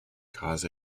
cause